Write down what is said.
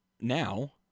now